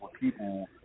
people